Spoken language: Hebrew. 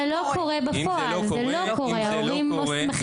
(אומרת דברים בשפת הסימנים,